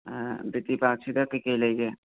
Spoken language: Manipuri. ꯕꯤ ꯇꯤ ꯄꯥꯛ ꯁꯤꯗ ꯀꯩ ꯀꯩ ꯂꯩꯒꯦ